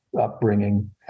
upbringing